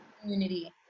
community